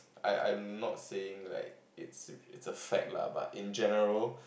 I I not saying like it's a fact lah but in general